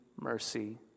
mercy